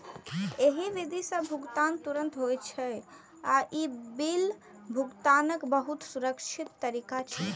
एहि विधि सं भुगतान तुरंत होइ छै आ ई बिल भुगतानक बहुत सुरक्षित तरीका छियै